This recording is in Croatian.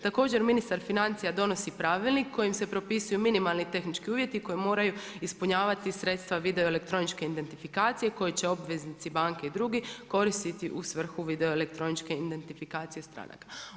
Također, ministar financija donosi pravilnik kojim se propisuje minimalni tehnički uvjeti koji moraju ispunjavati sredstva video-elektroničke identifikacije koji će obveznici banke i drugi koristiti u svrhu video-elektroničke identifikacije stranaka.